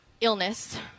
illness